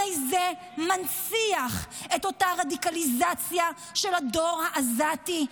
הרי זה מנציח את אותה רדיקליזציה של הדור העזתי.